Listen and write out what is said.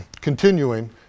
Continuing